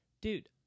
Dude